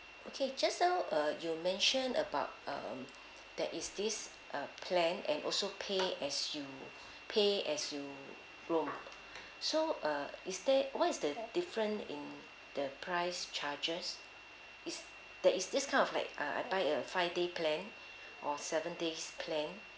okay just now uh you mentioned about uh there is this uh plan and also pay as you pay as you roam so uh is there what is the difference in the price charges is there is this kind of like uh I buy a five days plan or seven days plan